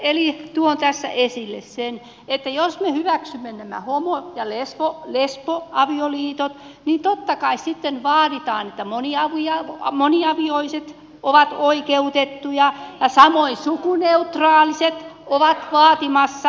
eli tuon tässä esille sen että jos me hyväksymme nämä homo ja lesboavioliitot niin totta kai sitten vaaditaan että moniavioiset ovat oikeutettuja ja samoin sukuneutraaliset ovat vaatimassa